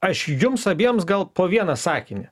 aš jums abiems gal po vieną sakinį